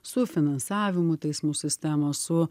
su finansavimu teismų sistemos su